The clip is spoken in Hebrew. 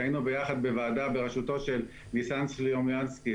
שהיינו ביחד בוועדה בראשותו של ניסן סלומינסקי,